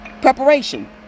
Preparation